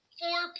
four